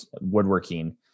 woodworking